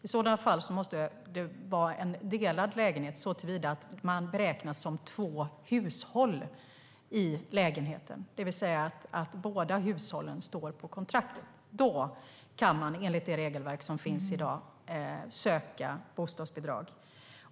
I sådana fall måste det vara en delad lägenhet såtillvida att det räknas som två hushåll, det vill säga att båda hushållen står på kontraktet. Då kan man enligt det regelverk som finns i dag söka bostadsbidrag.